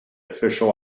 official